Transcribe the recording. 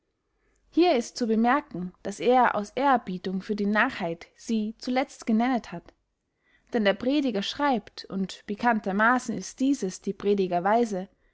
hier ist zu bemerken daß er aus ehrerbietung für die narrheit sie zuletzt genennet hat denn der prediger schreibt und bekanntermaassen ist dieses die